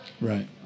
right